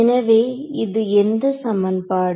எனவே இது எந்த சமன்பாடு